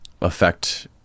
affect